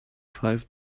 five